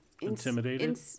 intimidated